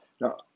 Now